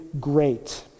great